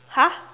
!huh!